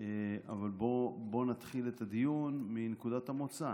אבל בואו נתחיל את הדיון מנקודת המוצא.